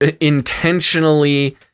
intentionally